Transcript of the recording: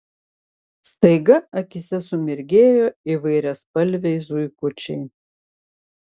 staiga akyse sumirgėjo įvairiaspalviai zuikučiai